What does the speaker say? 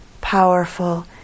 powerful